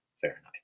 Fahrenheit